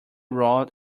rod